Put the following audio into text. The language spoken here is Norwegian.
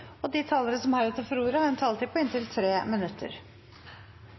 omme. De talere som heretter får ordet, har en taletid på inntil 3 minutter.